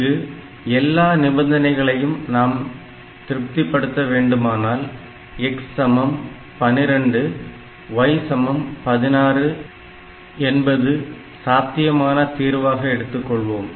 இங்கு எல்லா நிபந்தனைகளையும் நாம் திருப்திபடுத்த வேண்டுமானால் x சமம் 12 y சமம் 16 என்பது சாத்தியமான தீர்வாக எடுத்து கொள்வோம்